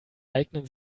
eignen